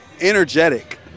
Energetic